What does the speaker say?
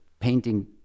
painting